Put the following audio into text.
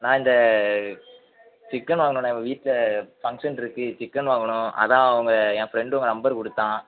நான் இந்த சிக்கன் வாங்கணும்ணே வீட்டில் ஃபங்க்ஷன் இருக்குது சிக்கன் வாங்கணும் அதுதான் உங்கள் என் ஃப்ரெண்ட் உங்கள் நம்பர் கொடுத்தான்